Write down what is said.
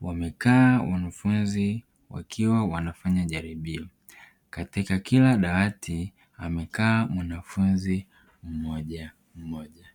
wamekaa wanafunzi wakiwa wanafanya jaribio. Katika kila dawati amekaa mwanafunzi mmoja mmoja.